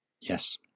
yes